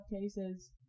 cases